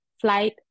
flight